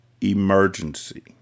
emergency